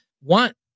want